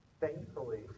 Thankfully